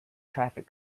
traffic